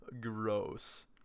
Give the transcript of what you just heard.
Gross